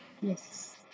Yes